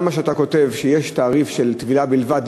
מה שאתה כותב שיש תעריף של טבילה בלבד,